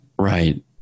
Right